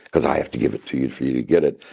because i have to give it to you for you to get it,